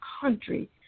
country